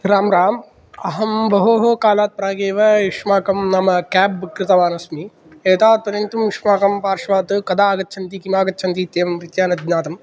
राम् राम् अहं बहो कालात् प्रागेव युष्माकं नाम केब् बुक् कृतवान् अस्मि एतावत्पर्यन्तं युष्माकं पार्श्वात् कदा आगच्छन्ति किम् आगच्छन्ति इत्येवं रीत्या न ज्ञातम्